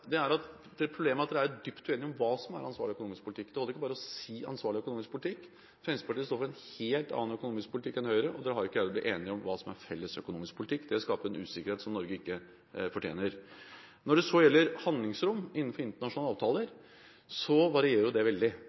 er dypt uenige om hva som er ansvarlig økonomisk politikk. Det holder ikke bare å si «ansvarlig økonomisk politikk». Fremskrittspartiet står for en helt annen økonomisk politikk enn Høyre, og de har ikke greid å bli enige om hva som er en felles økonomisk politikk. Det skaper en usikkerhet som Norge ikke fortjener. Når det så gjelder handlingsrom innenfor internasjonale avtaler, varierer det veldig.